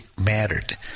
mattered